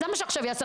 אז למה שעכשיו יעשה?